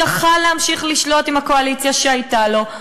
יכול להמשיך לשלוט עם הקואליציה שהייתה לו,